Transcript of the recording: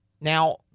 Now